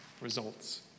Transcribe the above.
results